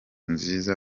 nziza